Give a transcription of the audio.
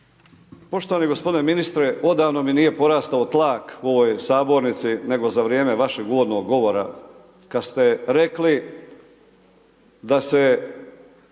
Poštovani ministre, odavno mi nije porastao tlak u ovoj sabornici nego za vrijeme vašeg uvodnog govora kada ste rekli da se